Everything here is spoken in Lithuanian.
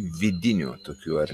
vidinių tokių ar